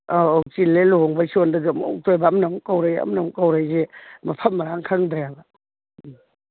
ꯑꯧ ꯑꯧ ꯆꯤꯜꯂꯦ ꯂꯨꯍꯣꯡꯕꯩ ꯁꯣꯟꯗꯁꯨ ꯑꯃꯨꯛꯇꯣꯏꯕ ꯑꯃꯅ ꯑꯃꯨꯛ ꯀꯧꯔꯛꯑꯦ ꯑꯃꯅ ꯑꯃꯨꯛ ꯀꯧꯔꯛꯑꯦ ꯑꯩꯁꯦ ꯃꯐꯝ ꯃꯔꯥꯡ ꯈꯪꯗ꯭ꯔꯦꯕ ꯎꯝ